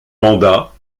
mandat